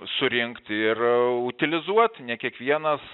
surinkt ir utilizuot ne kiekvienas